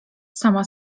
sama